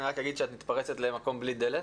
אני רק אגיד שאת מתפרצת למקום בלי דלת.